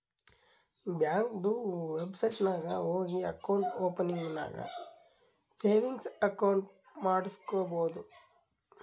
ಬ್ಯಾಂಕ್ದು ವೆಬ್ಸೈಟ್ ನಾಗ್ ಹೋಗಿ ಅಕೌಂಟ್ ಓಪನಿಂಗ್ ನಾಗ್ ಸೇವಿಂಗ್ಸ್ ಅಕೌಂಟ್ ಮಾಡುಸ್ಕೊಬೋದು